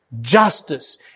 justice